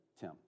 Tim